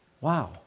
Wow